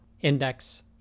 index